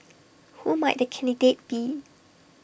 who might the candidate be